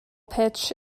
pitch